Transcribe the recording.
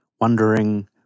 wondering